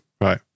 Right